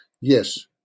Yes